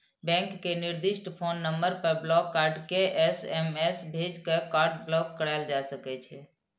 bank के निर्दिष्ट phone number पर ब्लॉक कार्ड के एस.एम.एस भेज के कार्ड ब्लॉक कराएल जा सकैए